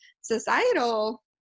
societal